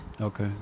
Okay